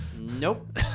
Nope